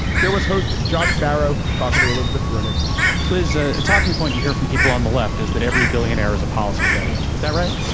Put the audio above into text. here was host josh barro talking to elizabeth bernanke liz a talking point you hear from people on the left is that every billionaire is a policy failure is that right.